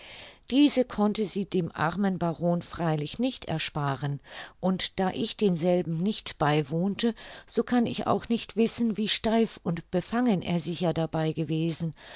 diese konnte sie dem armen baron freilich nicht ersparen und da ich denselben nicht beiwohnte so kann ich auch nicht wissen wie steif und befangen er sicher dabei gewesen